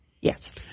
Yes